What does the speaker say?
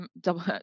double